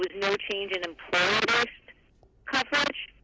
no change in employer-based coverage.